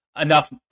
enough